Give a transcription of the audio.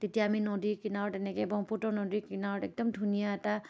তেতিয়া আমি নদী কিনাৰত তেনেকৈ ব্ৰহ্মপুত্ৰ নদীৰ কিনাৰত একদম ধুনীয়া এটা